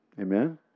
Amen